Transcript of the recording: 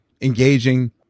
engaging